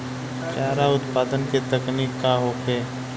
चारा उत्पादन के तकनीक का होखे?